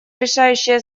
решающее